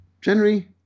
January